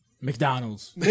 McDonald's